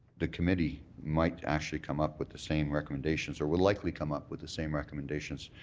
the committee might actually come up with the same recommendations or would likely come up with the same recommendations.